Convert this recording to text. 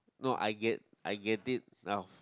no I get I get it now